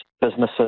businesses